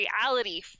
reality